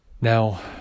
Now